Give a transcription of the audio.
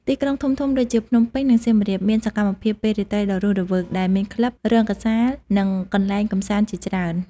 ទីក្រុងធំៗដូចជា ភ្នំពេញ និងសៀមរាប មានសកម្មភាពពេលរាត្រីដ៏រស់រវើក ដែលមានក្លឹប រង្គសាល និងកន្លែងកម្សាន្តជាច្រើន ។